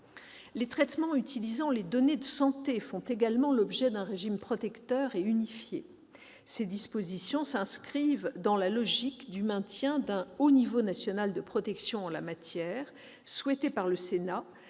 Les traitements utilisant des données de santé font aussi l'objet d'un régime protecteur et unifié. Ces dispositions s'inscrivent dans la logique du maintien d'un haut niveau national de protection en la matière, conformément